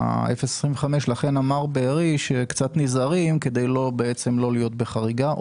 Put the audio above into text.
לכן אמר בארי שקצת נזהרים כדי לא להיות בחריגה מה-0.25%.